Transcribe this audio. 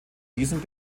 diesen